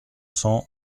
cents